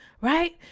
right